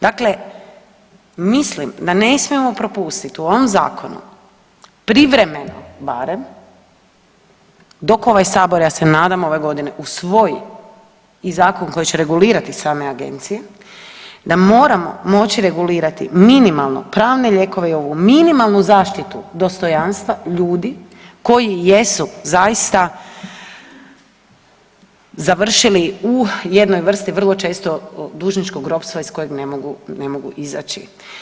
Dakle, mislim da ne smijemo propustit u ovom zakonu privremeno barem dok ovaj sabor ja se nadam ove godine usvoji i zakon koji će regulirati same agencije da moramo moći regulirati minimalno pravne lijekove i ovu minimalnu zaštitu dostojanstva ljudi koji jesu zaista završili u jednoj vrsti vrlo često dužničkog ropstva iz kojeg ne mogu, ne mogu izaći.